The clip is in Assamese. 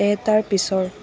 এটাৰ পিছৰ